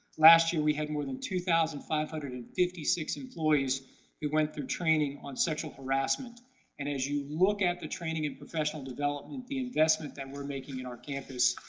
last year we had more than two thousand five hundred and fifty six employees who went through training on sexual harassment and as you look at the training and professional development, the investment that we're making in our campus,